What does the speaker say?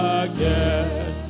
again